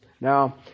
Now